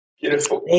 Beautiful